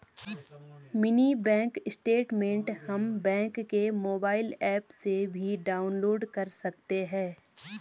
mini bank statement हम bank के mobile app से भी डाउनलोड कर सकते है